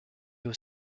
aux